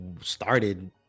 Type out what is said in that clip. started